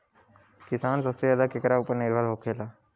किसान सबसे ज्यादा केकरा ऊपर निर्भर होखेला?